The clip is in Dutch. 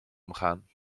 omgaan